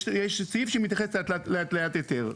יש סעיף שהיא מתייחסת עליו להטיית היתר,